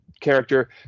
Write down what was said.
character